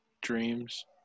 dreams